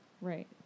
Right